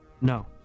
No